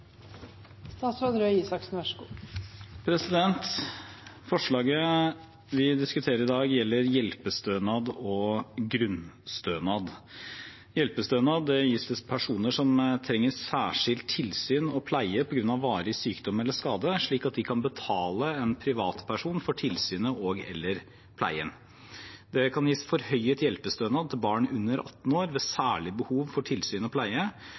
Forslaget vi diskuterer i dag, gjelder hjelpestønad og grunnstønad. Hjelpestønad gis til personer som trenger særskilt tilsyn og pleie på grunn av varig sykdom eller skade, slik at de kan betale en privatperson for tilsynet og/eller pleien. Det kan gis forhøyet hjelpestønad til barn under 18 år ved særlig behov for tilsyn og pleie,